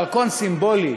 על דרכון סימבולי.